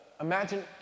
imagine